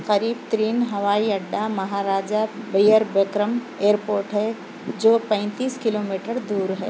قریب ترین ہوائی اڈہ مہاراجہ بیر بِکرم ایئرپورٹ ہے جو پینتیس کلومیٹر دور ہے